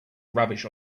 rubbish